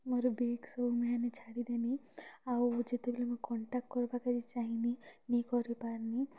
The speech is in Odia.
ମୋର୍ ବେଗ୍ ସବୁ ମୁଇଁ ହେନେ ଛାଡ଼ିଦେନି ଆଉ ଯେତେବେଲେ ମୁଁ କଣ୍ଟାକ୍ଟ କରବାକେ ଚାହିଁନି ନାଇ କରିପାରନି